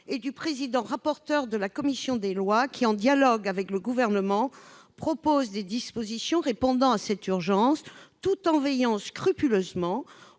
et du président-rapporteur de la commission des lois, qui, en dialogue avec le Gouvernement, proposent des dispositions de nature à répondre à l'urgence, tout en veillant scrupuleusement